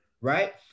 right